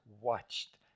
watched